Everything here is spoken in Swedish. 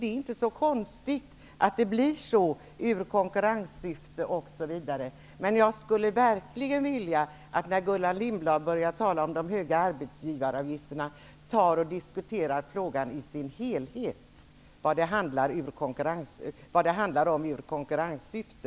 Det är inte så konstigt att det blir så i konkurrenssyfte osv. Men jag skulle verkligen vilja att Gullan Lindblad, när hon börjar tala om de höga arbetsgivaravgifterna, diskuterar frågan i dess helhet och vad det handlar om i konkurrenssyfte.